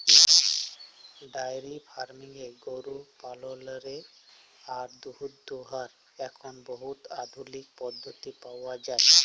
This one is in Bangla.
ডায়েরি ফার্মিংয়ে গরু পাললেরলে আর দুহুদ দুয়ালর এখল বহুত আধুলিক পদ্ধতি পাউয়া যায়